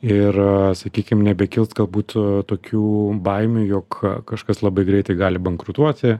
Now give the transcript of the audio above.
ir sakykim nebekils galbūt tokių baimių jog kažkas labai greitai gali bankrutuoti